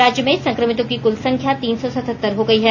राज्य में संकमितों की कुल संख्या तीन सौ सतहत्तर हो गयी है